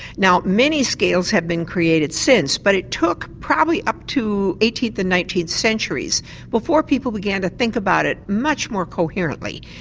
now many scales have been created since but it took probably up to eighteenth and nineteenth centuries before people began to think about it much more coherently.